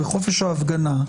וחופש ההפגנה,